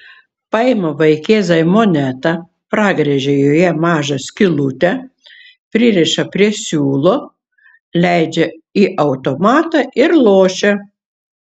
paima vaikėzai monetą pragręžia joje mažą skylutę pririša prie siūlo leidžia į automatą ir lošia